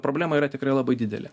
problema yra tikrai labai didelė